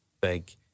big